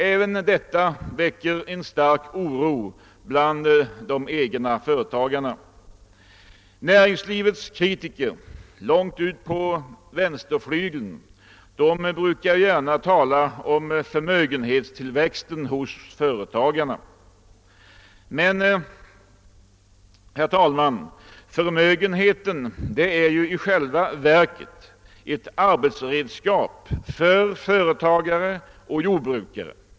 även det väcker en stark oro bland de egna företagarna. Näringslivets kritiker långt ute på vänsterflygeln brukar gärna tala om förmösgenhetstillväxten hos företagarna, men, herr talman, förmögenheten är ju i själva verket ett arbetsredskap för företagare och jordbrukare.